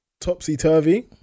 topsy-turvy